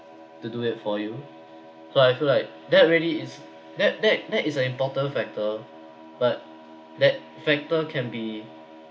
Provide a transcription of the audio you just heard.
to do it for you so I feel like that really is that that that is an important factor but that factor can be